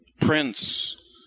prince